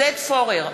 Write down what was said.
עודד פורר,